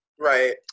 Right